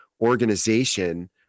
organization